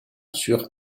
sur